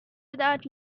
without